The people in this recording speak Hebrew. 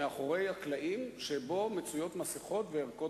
אחר כך התקדם.